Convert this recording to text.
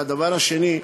והדבר השני,